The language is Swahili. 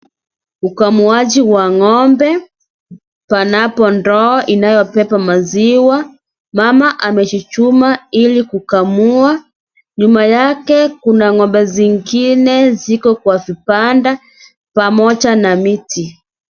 Ukamuaji wa ng'ombe, panapo ndoo inayobeba maziwa. Mama amechuchuma ili kukamua, nyuma yake kuna ng'ombe zingine ziko kwa vibanda, pamoja na miti.